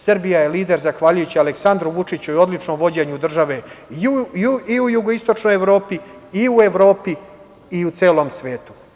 Srbija je lider zahvaljujući Aleksandru Vučiću i odličnom vođenju države i u jugoistočnoj Evropi i u Evropi i u celom svetu.